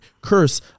curse